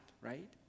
right